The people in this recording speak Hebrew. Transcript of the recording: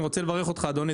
אני רוצה לברך אותך אדוני,